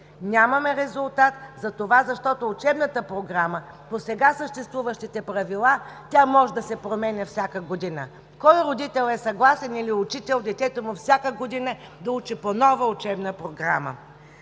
Нямаме резултат, затова защото учебната програма по сега съществуващите правила може да се променя всяка година. Кой родител е съгласен или учител детето му всяка година да учи по нова учебна програма?